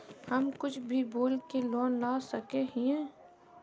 हम कुछ भी बोल के लोन ला सके हिये?